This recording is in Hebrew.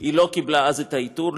היא לא קיבלה אז את העיטור.